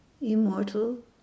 immortal